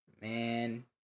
man